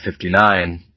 59